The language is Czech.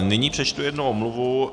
Nyní přečtu jednu omluvu.